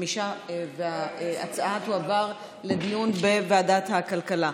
וההצעה תועבר לדיון בוועדת הכלכלה.